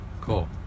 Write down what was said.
Cool